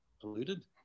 polluted